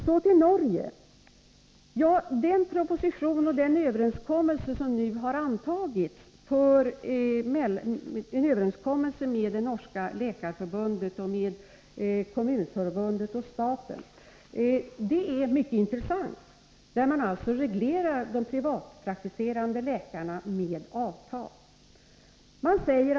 Så till Norge. Den överenskommelse som nyligen träffats mellan det norska läkarförbundet, kommunförbundet och staten är mycket intressant. Där regleras alltså de privatpraktiserande läkarnas verksamhet med avtal.